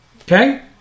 okay